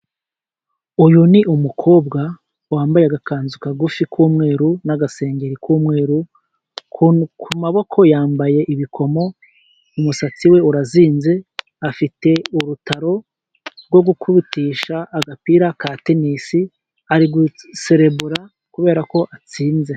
Uyu ni umukobwa wambaye agakanzu kagufi k'umweru n'agasengeri k'umweru, ku maboko yambaye ibikomo, umusatsi we urazinze, afite urutaro rwo gukubitisha agapira ka tenisi, ari guserebura kubera ko atsinze.